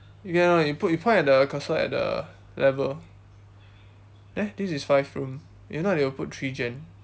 okay no no you put you point at the cursor at the level there this is five room if not they will put three gen